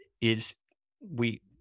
is—we